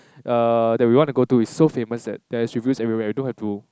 err that we want to go to it's so famous there is reviews everywhere you don't have to